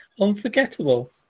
Unforgettable